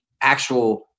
actual